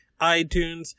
iTunes